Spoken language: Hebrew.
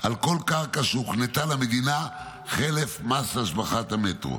על כל קרקע שהוקנתה למדינה חלף מס השבחת המטרו,